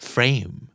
Frame